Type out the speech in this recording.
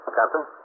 Captain